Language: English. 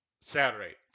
Saturday